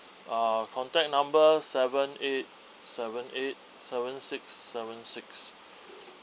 uh contact number seven eight seven eight seven six seven six